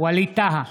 ווליד טאהא,